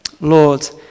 Lord